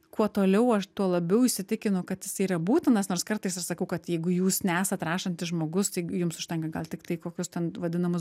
kuo toliau aš tuo labiau įsitikinu kad jisai yra būtinas nors kartais ir sakau kad jeigu jūs nesat rašantis žmogus tai jums užtenka gal tiktai kokius ten vadinamus